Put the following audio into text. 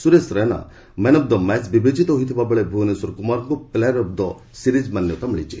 Suresh Raina man of the match ବିବେଚିତ ହୋଇଥିବାବେଳେ ଭୁବନେଶ୍ୱର କୁମାରଙ୍କୁ ପ୍ଲେୟାର୍ ଅଫ୍ ଦ ସିରିଜ୍ ମାନ୍ୟତା ମିଳିଛି